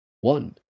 One